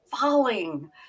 falling